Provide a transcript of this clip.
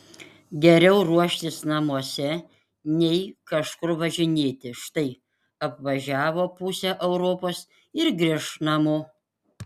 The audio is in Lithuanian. geriau ruoštis namuose nei kažkur važinėti štai apvažiavo pusę europos ir grįš namo